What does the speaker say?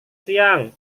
siang